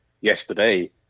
yesterday